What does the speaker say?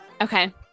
Okay